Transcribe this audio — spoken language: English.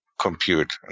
compute